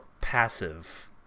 passive